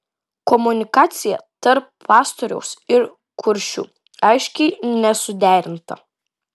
komunikacija tarp pastoriaus ir kuršių aiškiai nesuderinta